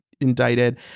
indicted